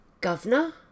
Governor